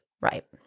Right